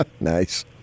Nice